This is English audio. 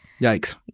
Yikes